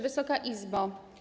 Wysoka Izbo!